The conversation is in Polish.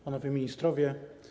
Panowie Ministrowie!